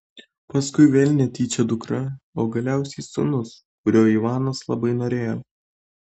paskui vėl netyčia dukra o galiausiai sūnus kurio ivanas labai norėjo